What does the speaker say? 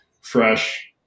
fresh